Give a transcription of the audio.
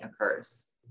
occurs